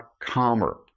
calmer